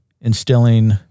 instilling